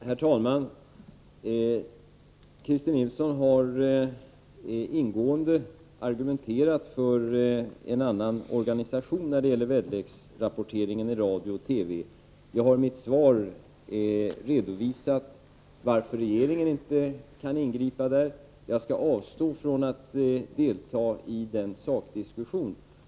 Herr talman! Christer Nilsson har ingående argumenterat för en annan organisation än den nuvarande när det gäller väderrapporteringen i radio och TV. Jag har i mitt svar redovisat varför regeringen inte kan ingripa. Jag skall avstå från att delta i sakdiskussionen.